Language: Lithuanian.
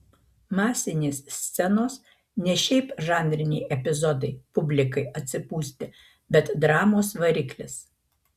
masinės scenos ne šiaip žanriniai epizodai publikai atsipūsti bet dramos variklis